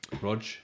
Rog